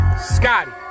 Scotty